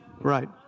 Right